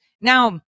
Now